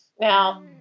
Now